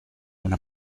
una